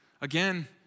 again